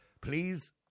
please